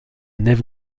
nef